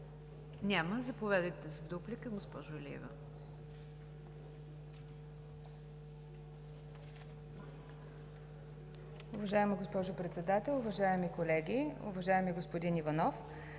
Няма. Заповядайте за дуплика, госпожо Илиева.